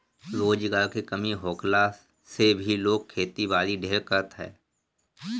रोजगार के कमी होखला से भी लोग खेती बारी ढेर करत हअ